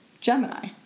Gemini